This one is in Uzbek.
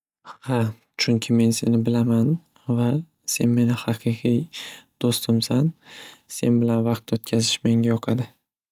Xa chunki men seni bilaman va sen meni haqiqiy do'stimsan sen bilan vaqt o'tkazish menga yoqadi.